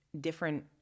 different